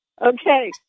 Okay